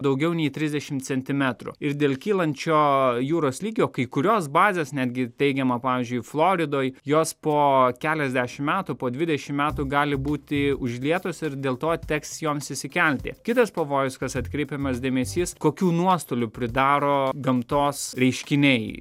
daugiau nei trisdešim centimetrų ir dėl kylančio jūros lygio kai kurios bazės netgi teigiama pavyzdžiui floridoj jos po keliasdešim metų po dvidešim metų gali būti užlietos ir dėl to teks joms išsikelti kitas pavojus kas atkreipiamas dėmesys kokių nuostolių pridaro gamtos reiškiniai